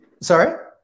Sorry